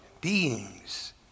beings